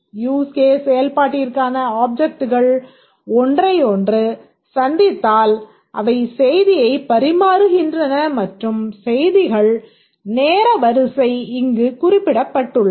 use case செயல்பாட்டிற்கான ஆப்ஜெக்ட்கள் ஒன்றையொன்று சந்தித்தால் அவை செய்தியைப் பரிமாறுகின்றன மற்றும் செய்திகளின் நேர வரிசை இங்கு குறிப்பிடப்பட்டுள்ளது